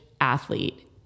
athlete